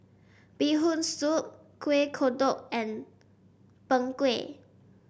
Bee Hoon Soup Kueh Kodok and Png Kueh